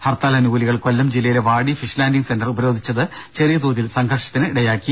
ഹർത്താൽ അനുകൂലികൾ കൊല്ലം ജില്ലയിലെ Vaadi fish landing centre ഉപരോധിച്ചത് ചെറിയതോതിൽ സംഘർഷത്തിനിടയാക്കി